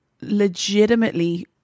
legitimately